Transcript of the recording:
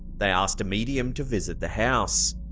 they asked a medium to visit the house.